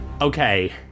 Okay